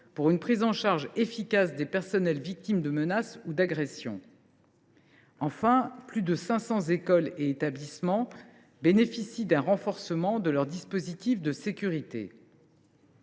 pour une prise en charge efficace des personnels victimes de menaces ou d’agressions. Enfin, plus de 500 écoles et établissements bénéficient d’un renforcement de leurs dispositifs de sécurité.